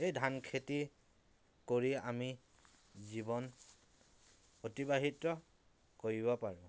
এই ধান খেতি কৰি আমি জীৱন অতিবাহিত কৰিব পাৰোঁ